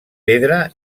pedra